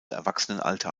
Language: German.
erwachsenenalter